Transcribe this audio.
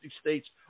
states